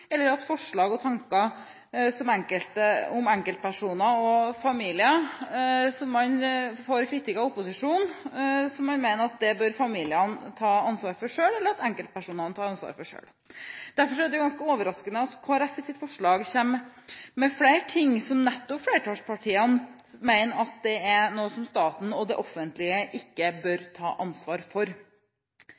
man har forslag og tanker som man mener familier eller enkeltpersoner selv bør ta ansvar for. Derfor er det ganske overraskende at Kristelig Folkeparti i sitt forslag kommer med flere ting som nettopp flertallspartiene mener er noe som staten og det offentlige ikke bør ta ansvar for.